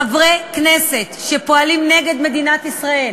חברי כנסת שפועלים נגד מדינת ישראל